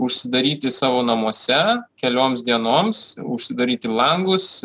užsidaryti savo namuose kelioms dienoms užsidaryti langus